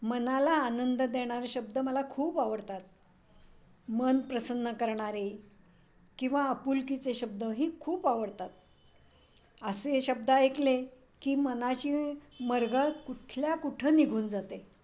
मनाला आनंद देणारे शब्द मला खूप आवडतात मन प्रसन्न करणारे किंवा आपुलकीचे शब्दही खूप आवडतात असे हे शब्द ऐकले की मनाची मरगळ कुठल्या कुठे निघून जाते